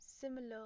similar